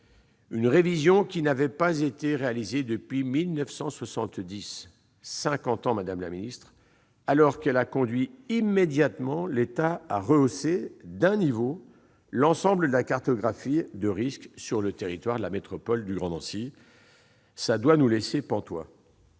telle révision n'avait pas été réalisée depuis 1970, alors qu'elle a conduit immédiatement l'État à rehausser d'un niveau l'ensemble de la cartographie des risques pour le territoire de la métropole du Grand Nancy. Cela nous laisse pantois